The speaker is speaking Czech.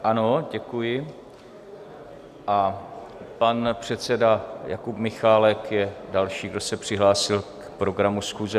Ano, děkuji, a pan předseda Jakub Michálek je další, kdo se přihlásil k programu schůze.